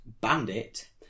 bandit